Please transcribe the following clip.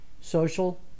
social